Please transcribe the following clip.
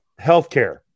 healthcare